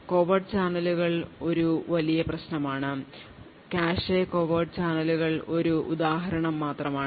covert ചാനലുകൾ ഒരു വലിയ പ്രശ്നമാണ് കാഷെ കോവർട്ട് ചാനലുകൾ ഒരു ഉദാഹരണം മാത്രമാണ്